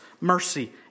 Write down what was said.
mercy